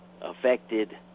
affected